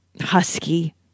husky